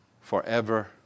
forever